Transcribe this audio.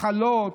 מחלות,